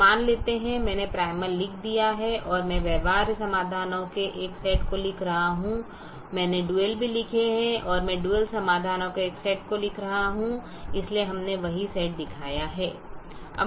तो मान लेते हैं कि मैंने प्राइमल लिख दिया है और मैं व्यवहार्य समाधानों के एक सेट को लिख रहा हूँ मैंने डुअल भी लिखे हैं और मैं डुअल समाधानों का एक सेट लिख रहा हूँ इसलिए हमने वही सेट दिखाया है